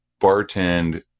bartend